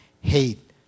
hate